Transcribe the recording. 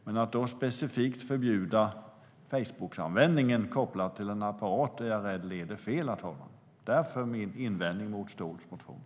Men att då specifikt förbjuda Facebookanvändning kopplat till en apparat är jag rädd leder fel. Därav min invändning mot Ståhls propå.